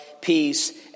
peace